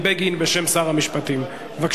לא עברה.